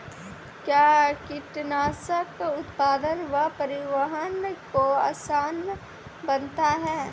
कया कीटनासक उत्पादन व परिवहन को आसान बनता हैं?